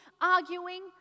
arguing